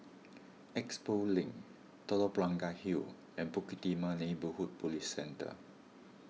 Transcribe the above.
Expo Link Telok Blangah Hill and Bukit Timah Neighbourhood Police Centre